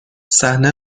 صحنه